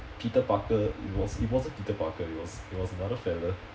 peter parker it was it wasn't peter parker it was it was another fellow